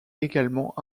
également